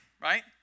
right